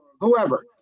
whoever